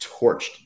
torched